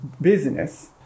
business